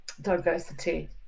diversity